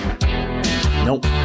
Nope